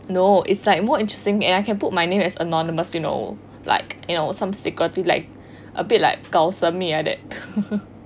no it's like what interesting I can put my name as anonymous you know like you know some security like a bit like 搞神秘 like that